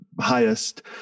highest